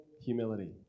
humility